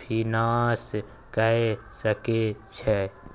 Finance कय सके छै?